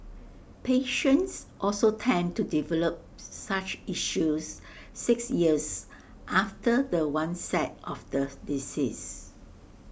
patients also tend to develop such issues six years after the onset of the disease